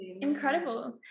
incredible